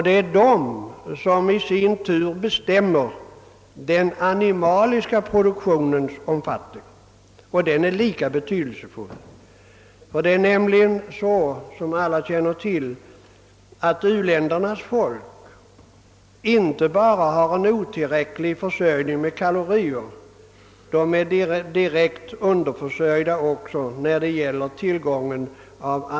Det är dessa som i sin tur bestämmer animalieproduktionens omfattning, och den är lika betydelsefull. U-ländernas befolkning har en otillräcklig försörjning inte bara när det gäller kalorier utan även när det gäller animalisk äggvita.